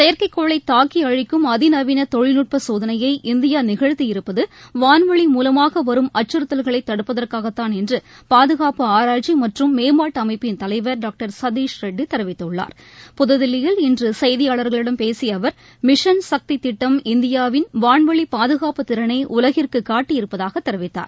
செயற்கைக்கோளை தாக்கி அழிக்கும் அதிநவீன தொழில்நுட்ப சோதனையை இந்தியா நிகழ்த்தி இருப்பது வான்வெளி மூலமாக வரும் அச்சுறுத்தல்களை தடுப்பதற்காகத்தான் என்று பாதுகாப்பு ஆராய்ச்சி மற்றும் மேம்பாட்டு அமைப்பின் தலைவர் டாக்டர் சதீஷ்ரெட்டி தெரிவித்துள்ளார் புதுதில்லியில் இன்று செய்தியாளர்களிடம் பேசிய அவர் மிஷன் சக்தி திட்டம் இந்தியாவின் வான்வெளி பாதுகாப்புத் திறனை உலகிற்கு காட்டியிருப்பதாக தெரிவித்தார்